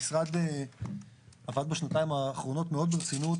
המשרד עבד בשנתיים האחרונות מאוד ברצינות